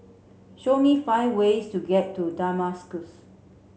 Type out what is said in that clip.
show me five ways to get to Damascus